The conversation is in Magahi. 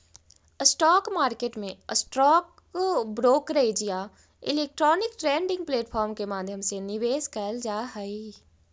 स्टॉक मार्केट में स्टॉक ब्रोकरेज या इलेक्ट्रॉनिक ट्रेडिंग प्लेटफॉर्म के माध्यम से निवेश कैल जा हइ